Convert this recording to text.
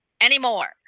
anymore